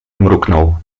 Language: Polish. mruknął